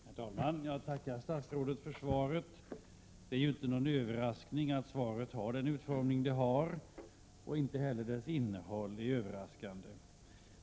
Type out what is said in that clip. Herr talman! Jag tackar statsrådet för svaret. Det är inte någon överraskning att svaret har den utformning det har. Inte heller svarets innehåll är överraskande.